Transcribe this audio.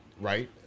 right